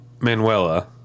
Manuela